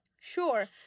Sure